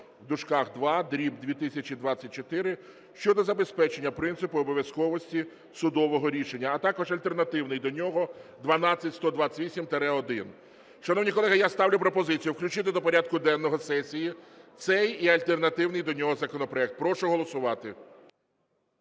року № 6-р(II)/2024 щодо забезпечення принципу обов'язковості судового рішення. А також альтернативний до нього 12128-1. Шановні колеги, я ставлю пропозицію включити до порядку денного сесії цей і альтернативний до нього законопроект. Прошу голосувати.